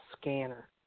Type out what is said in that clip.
scanner